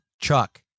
Chuck